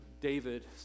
David